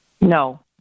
No